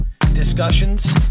discussions